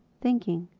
thinking.